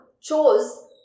chose